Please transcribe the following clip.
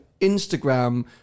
Instagram